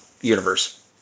universe